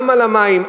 גם על המים,